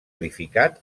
edificat